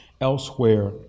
elsewhere